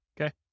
okay